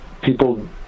people